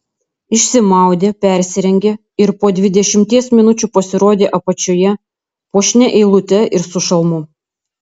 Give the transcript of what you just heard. išsimaudė persirengė ir po dvidešimties minučių pasirodė apačioje puošnia eilute ir su šalmu